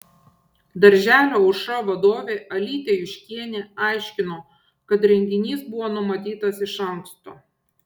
darželio aušra vadovė alytė juškienė aiškino kad renginys buvo numatytas iš anksto